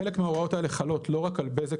חלק מההוראות האלה חלות לא רק על בזק